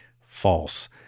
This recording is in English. false